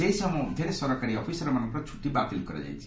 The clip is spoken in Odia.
ସେହି ସମୟ ମଧ୍ୟରେ ସରକାରୀ ଅଫିସରମାନଙ୍କର ଛୁଟି ବାତିଲ କରାଯାଇଛି